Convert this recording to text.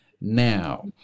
now